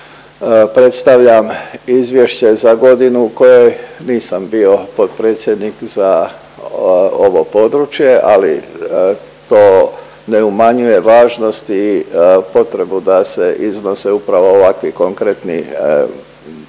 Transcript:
predstavljam izvješće za godinu u kojoj nisam bio potpredsjednik za ovo područje, ali to ne umanjuje važnost i potrebu da se iznose upravo ovakvi konkretni prigovori